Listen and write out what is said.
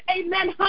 Amen